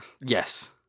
Yes